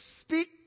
speak